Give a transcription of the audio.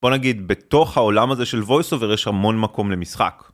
בוא נגיד בתוך העולם הזה של voice over יש המון מקום למשחק